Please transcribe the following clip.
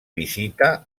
visita